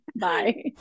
Bye